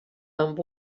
amb